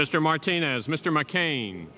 mr martinez mr mccain